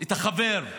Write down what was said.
את החבר,